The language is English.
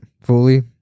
fully